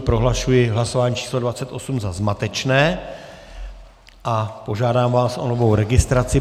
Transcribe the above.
Prohlašuji hlasování číslo 28 za zmatečné a požádám vás o novou registraci.